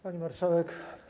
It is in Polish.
Pani Marszałek!